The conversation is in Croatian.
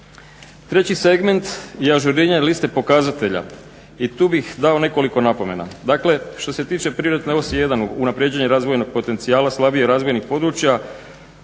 Treći segment je ažuriranje liste pokazatelja i tu bih dao nekoliko napomena. Dakle, što se tiče …/Govornik se ne razumije./… Unapređenje razvojnog potencijala slabije razvijenih područja